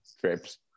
trips